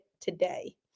today